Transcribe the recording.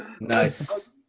Nice